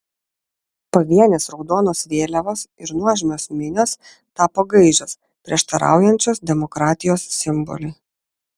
pavienės raudonos vėliavos ir nuožmios minios tapo gaižios prieštaraujančios demokratijos simboliui